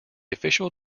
official